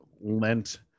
lent